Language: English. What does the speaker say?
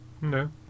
No